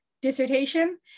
dissertation